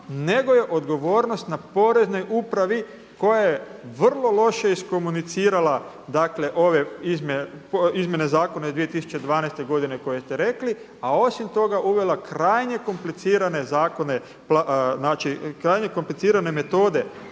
nego je odgovornost na Poreznoj upravi koja je vrlo loše iskomunicirala dakle ove izmjene zakona iz 2012. godine koje ste rekli, a osim toga uvela krajnje komplicirane zakone,